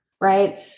Right